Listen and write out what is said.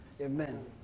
Amen